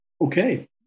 Okay